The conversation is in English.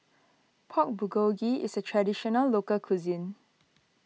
Pork Bulgogi is a Traditional Local Cuisine